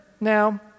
Now